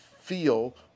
feel